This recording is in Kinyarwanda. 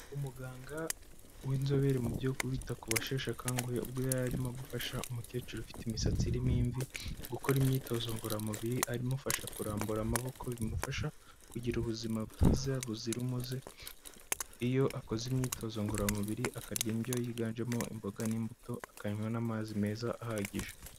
Umuganga w'inzobere mu byo bita ku basheshakanguhe, ubwo yari arimo gufasha umukecuru ufite imisatsi irimo imvi, gukora imyitozo ngororamubiri, amufasha kurambura amaboko bimufasha kugira ubuzima bwiza buzira umuze, iyo akoze imyitozo ngororamubiri akarya indyo yiganjemo imboga n'imbuto, akanywa n'amazi meza ahagije.